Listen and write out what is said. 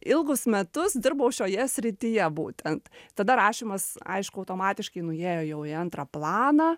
ilgus metus dirbau šioje srityje būtent tada rašymas aišku automatiškai nuėjo jau į antrą planą